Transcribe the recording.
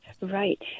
Right